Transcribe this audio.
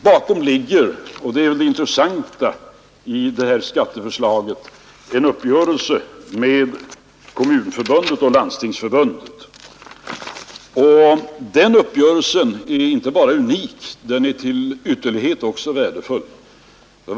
Bakom detta skatteförslag ligger — och det är det intressanta — en uppgörelse med Kommunförbundet och Landstingsförbundet, och den är inte bara unik utan också till ytterlighet värdefull.